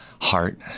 Heart